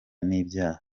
n’ibyaha